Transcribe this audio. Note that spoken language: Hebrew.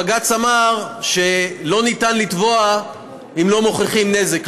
בג"ץ אמר שלא ניתן לתבוע אם לא מוכיחים נזק.